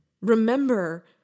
Remember